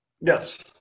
Yes